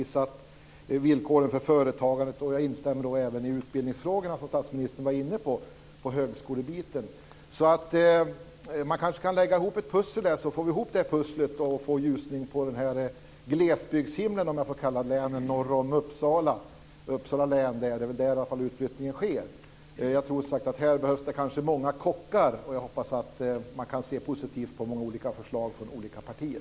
Vidare gäller det villkoren för företagandet. Jag instämmer vad gäller utbildningsfrågorna och högskolebiten, som statsministern var inne på. Kanske kan vi lägga pussel och få ihop det och därmed få en ljusning på glesbygdshimlen - om jag får säga så om länen norr om Uppsala län, för det är där som utflyttningen sker. Här behövs det nog många kockar. Jag hoppas att man kan se positivt på de olika förslagen från olika partier.